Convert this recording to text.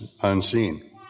unseen